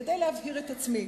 כדי להבהיר את עצמי.